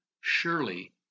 Surely